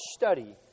study